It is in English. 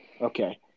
Okay